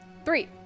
Three